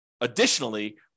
additionally